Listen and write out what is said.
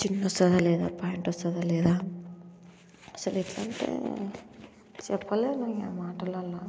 చున్నీ వస్తుందా లేదా ప్యాంట్ వస్తుందా లేదా అసలేంట్లంటే చెప్పలేను ఇంకా మాటలల్లో